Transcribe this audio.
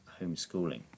homeschooling